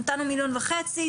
נתנו מיליון וחצי,